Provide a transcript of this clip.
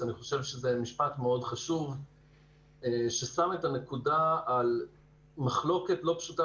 שאני חושב שהיה משפט חשוב מאוד ששם את הנקודה על מחלוקת לא פשוטה